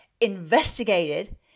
investigated